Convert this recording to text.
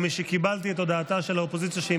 משקיבלתי את הודעתה של האופוזיציה שהיא